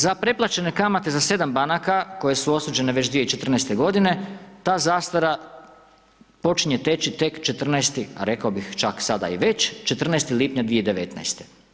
Za preplaćene kamate za 7 banaka koje su osuđene već 2014.g. ta zastara počinje teći tek 14-esti, a rekao bih čak sada i već 14. lipnja 2019.